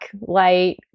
light